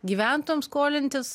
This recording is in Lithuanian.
gyventojams skolintis